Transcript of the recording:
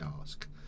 ask